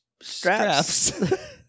Straps